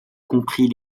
compris